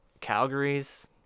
Calgary's